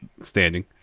standing